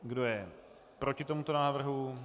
Kdo je proti tomuto návrhu?